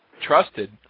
trusted